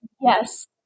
Yes